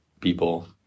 people